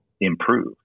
improve